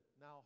now